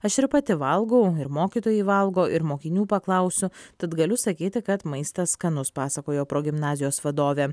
aš ir pati valgau ir mokytojai valgo ir mokinių paklausiu tad galiu sakyti kad maistas skanus pasakojo progimnazijos vadovė